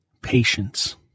Patience